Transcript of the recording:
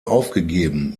aufgegeben